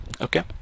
okay